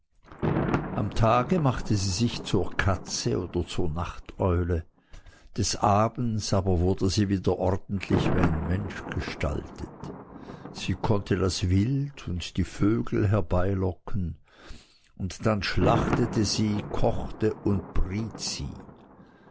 am tage machte sie sich zur katze oder zur nachteule des abends aber wurde sie wieder ordentlich wie ein mensch gestaltet sie konnte das wild und die vögel herbeilocken und dann schlachtete sies kochte und briet